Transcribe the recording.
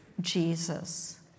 Jesus